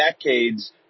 decades